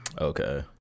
Okay